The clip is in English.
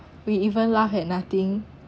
we even laugh at nothing